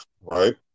right